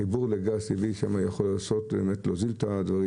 החיבור לגז טבעי יוכל להוזיל שם את הדברים.